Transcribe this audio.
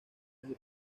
desde